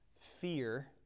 fear